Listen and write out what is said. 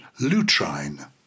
Lutrine